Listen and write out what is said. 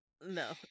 No